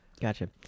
gotcha